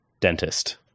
dentist